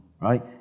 right